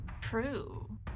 True